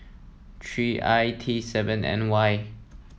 three I T seven N Y